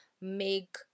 make